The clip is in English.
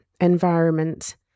environment